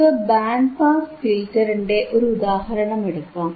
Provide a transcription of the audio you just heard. നമുക്ക് band pass ഫിൽറ്ററിന്റെ ഒരുദാഹരണം എടുക്കാം